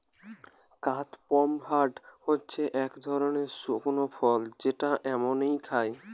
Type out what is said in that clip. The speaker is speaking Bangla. কাদপমহাট হচ্ছে এক ধরনের শুকনো ফল যেটা এমনই খায়